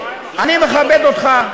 אני מכבד אותך,